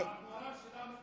ברושי, הגורל שלנו,